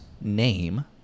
name